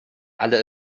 alle